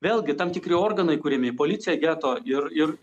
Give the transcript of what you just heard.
vėlgi tam tikri organai kuriami į policiją geto ir ir